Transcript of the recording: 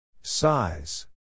Size